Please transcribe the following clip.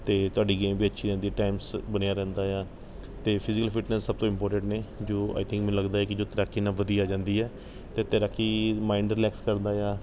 ਅਤੇ ਤੁਹਾਡੀ ਗੇਮ ਵੀ ਅੱਛੀ ਰਹਿੰਦੀ ਆ ਟਾਈਮਸ ਬਣਿਆ ਰਹਿੰਦਾ ਆ ਅਤੇ ਫਿਜੀਕਲ ਫਿਟਨੈੱਸ ਸਭ ਤੋਂ ਇੰਪੋਰਟੈਂਟ ਨੇ ਜੋ ਆਈ ਥਿੰਕ ਮੈਨੂੰ ਲੱਗਦਾ ਹੈ ਕਿ ਜੋ ਤੈਰਾਕੀ ਇੰਨਾ ਵਧੀਆ ਜਾਂਦੀ ਆ ਅਤੇ ਤੈਰਾਕੀ ਮਾਈਂਡ ਰਿਲੈਕਸ ਕਰਦਾ ਆ